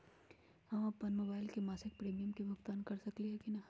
हम अपन मोबाइल से मासिक प्रीमियम के भुगतान कर सकली ह की न?